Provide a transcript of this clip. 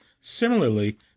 Similarly